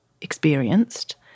experienced